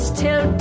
till